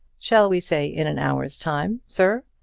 shall we say in an hour's time, sir?